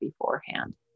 beforehand